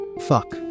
Fuck